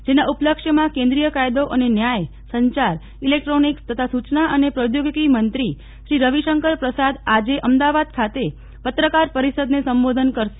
જેના ઉપલક્ષ્યમાં કેન્દ્રિય કાયદો અને ન્યાય સંચાર ઇલેક્ટ્રોનિક્સ તથા સૂચના અને પ્રોઘોગિકી મંત્રી શ્રી રવિશંકર પ્રસાદ આજે અમદાવાદ ખાતે પત્રકાર પરિષદને સંબોધન કરશે